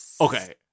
Okay